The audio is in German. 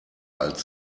alt